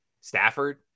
Stafford